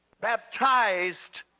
Baptized